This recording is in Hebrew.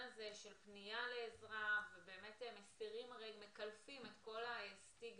הזה של פנייה לעזרה ומקלפים את כל הסטיגמה